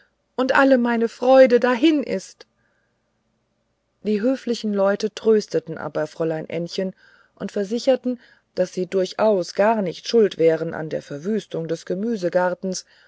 und alle meine freude dahin ist die höflichen leute trösteten aber fräulein ännchen und versicherten daß sie durchaus gar nicht schuld wären an der verwüstung des